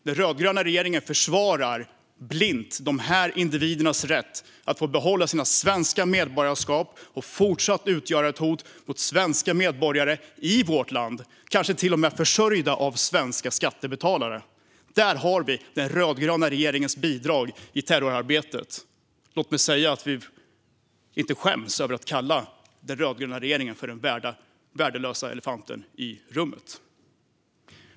Den rödgröna regeringen försvarar blint de här individernas rätt att behålla sina svenska medborgarskap och fortsatt utgöra ett hot mot svenska medborgare i vårt land och kanske till och med vara försörjda av svenska skattebetalare. Där har vi den rödgröna regeringens bidrag i terrorarbetet. Låt mig säga att vi inte skäms över att kalla den rödgröna regeringen för den värdelösa elefanten i rummet.